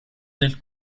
del